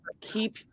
keep